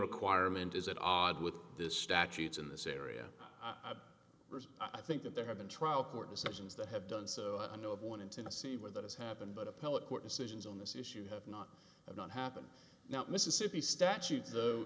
requirement is at odds with this statute in this area i think that there have been trial court decisions that have done so i know of one in tennessee where that has happened but appellate court decisions on this issue have not have not happened now mississippi statute